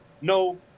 no